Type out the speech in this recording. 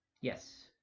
Yes